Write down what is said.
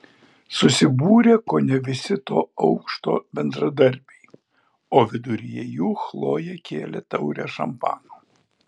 susibūrė kone visi to aukšto bendradarbiai o viduryje jų chlojė kėlė taurę šampano